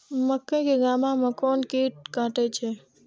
मक्के के गाभा के कोन कीट कटे छे?